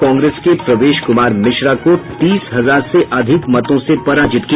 कांग्रेस के प्रवेश कुमार मिश्रा को तीस हजार से अधिक मतों से पराजित किया